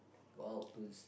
go out to